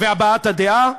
והבעת הדעה.